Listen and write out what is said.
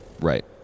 Right